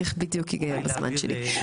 איך בדיוק הגיע הזמן שלי,